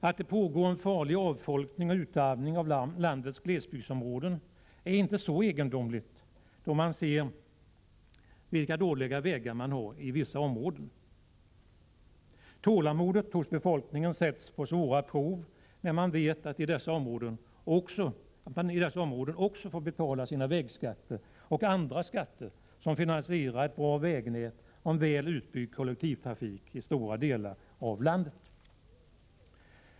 Att det pågår en farlig avfolkning och utarmning av landets glesbygdsområden är inte så egendomligt då man ser vilka dåliga vägar man har i vissa områden. Tålamodet hos befolkningen sätts på svåra prov när man vet att man i dessa områden också får betala de vägskatter och andra skatter som finansierar ett bra vägnät och en väl utbyggd kollektivtrafik i andra delar av landet.